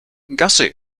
gussie